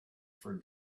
for